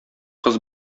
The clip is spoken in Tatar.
кыз